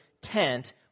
tent